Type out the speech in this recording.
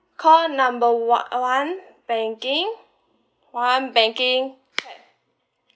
call number one one banking one banking